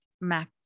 mac